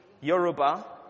Yoruba